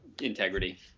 integrity